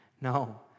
No